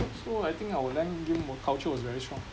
so I think our LAN game were culture was very strong